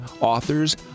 authors